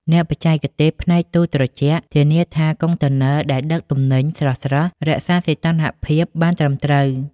អ្នកបច្ចេកទេសផ្នែកទូរត្រជាក់ ធានាថាកុងតឺន័រដែលដឹកទំនិញស្រស់ៗរក្សាសីតុណ្ហភាពបានត្រឹមត្រូវ។